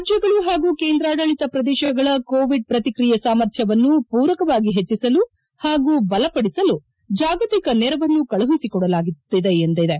ರಾಜ್ಯಗಳು ಪಾಗೂ ಕೇಂದ್ರಾಡಳಿತ ಪ್ರದೇಶಗಳ ಕೋವಿಡ್ ಪ್ರತಿಕ್ರಿಯೆ ಸಾಮರ್ಥ್ಯವನ್ನು ಪೂರಕವಾಗಿ ಪೆಜ್ವಿಸಲು ಹಾಗೂ ಬಲಪಡಿಸಲು ಜಾಗತಿಕ ನೆರವನ್ನು ಕಳುಹಿಸಿಕೊಡಲಾಗುತ್ತಿದೆ ಎಂದಿದೆ